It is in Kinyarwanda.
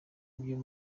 vyo